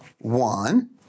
one